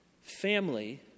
Family